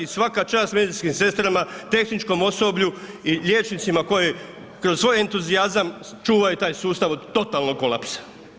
I svaka čast medicinskim sestrama, tehničkom osoblju i liječnicima koji kroz svoj entuzijazam čuvaju taj sustav od totalnog kolapsa.